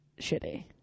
shitty